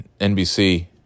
NBC